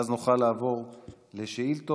ואז נוכל לעבור לשאילתות.